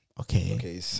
okay